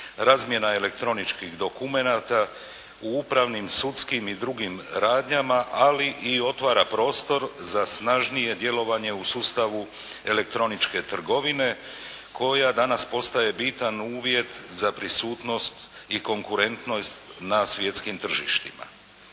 razmjena elektroničkih dokumenata u upravnim, sudskim i drugim radnjama, ali i otvara prostor za snažnije djelovanje u sustavu elektroničke trgovine koja danas postaje bitan uvjet za prisutnost i konkurentnost na svjetskim tržištima.